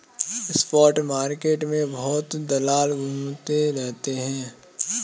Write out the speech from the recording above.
spot market में बहुत दलाल घूमते रहते हैं